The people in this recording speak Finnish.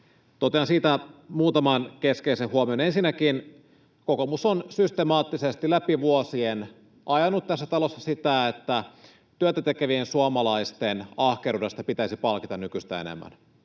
Totean siitä muutaman keskeisen huomion: Ensinnäkin kokoomus on systemaattisesti läpi vuosien ajanut tässä talossa sitä, että työtä tekevien suomalaisten ahkeruudesta pitäisi palkita nykyistä enemmän.